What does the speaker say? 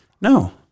No